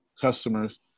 customers